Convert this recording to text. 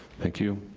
thank you.